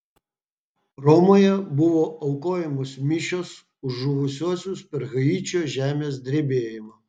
romoje buvo aukojamos mišios už žuvusiuosius per haičio žemės drebėjimą